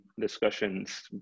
discussions